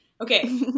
Okay